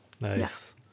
Nice